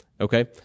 Okay